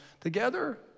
together